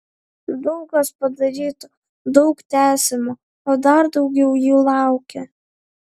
daug kas padaryta daug tęsiama o dar daugiau jų laukia